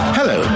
Hello